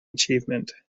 achievement